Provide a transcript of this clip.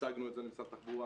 הצגנו את זה למשרד התחבורה,